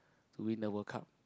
to win the World Cup